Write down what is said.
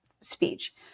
speech